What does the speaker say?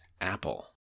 Apple